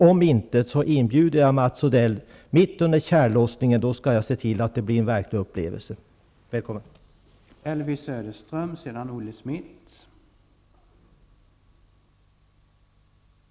Om han inte har gjort det inbjuder jag honom att komma mitt under tjällossningen. Jag skall se till att det blir en verklig upplevelse. Välkommen!